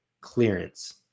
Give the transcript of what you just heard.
clearance